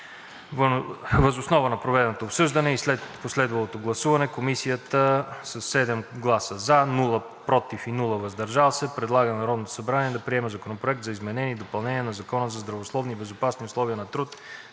Въз основа на проведеното обсъждане и след последвалото гласуване Комисията със 7 гласа „за“, без „против“ и без „въздържал се“ предлага на Народното събрание да приеме Законопроект за изменение и допълнение на Закона за здравословни и безопасни условия на труд,